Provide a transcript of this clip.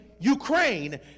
Ukraine